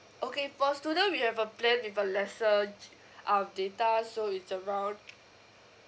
okay for student we have a plan with a lesser G um data so it's around